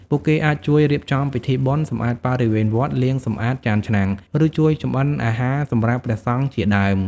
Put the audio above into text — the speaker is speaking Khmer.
ពួកគេអាចជួយរៀបចំពិធីបុណ្យ សម្អាតបរិវេណវត្ត លាងសម្អាតចានឆ្នាំង ឬជួយចំអិនអាហារសម្រាប់ព្រះសង្ឃជាដើម។